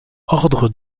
ordre